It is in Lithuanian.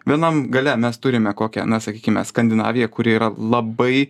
vienam gale mes turime kokią na sakykime skandinaviją kuri yra labai